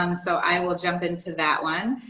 um so i will jump into that one.